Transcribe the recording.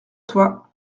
toi